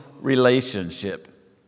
relationship